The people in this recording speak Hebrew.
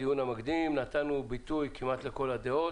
נתנו ביטוי כמעט לכל הדעות.